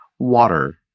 water